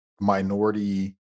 minority